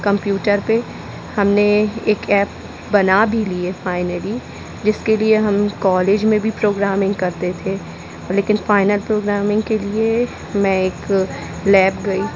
computer पे हमने एक ऐप बना भी ली है फ़ाइनली जिसके लिए हम कॉलेज में भी प्रोग्रामिंग करते थे लेकिन फ़ाइनल प्रोग्रामिंग के लिए मैं एक लैब गई